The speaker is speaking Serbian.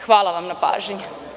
Hvala vam na pažnji.